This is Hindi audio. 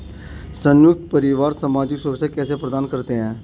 संयुक्त परिवार सामाजिक सुरक्षा कैसे प्रदान करते हैं?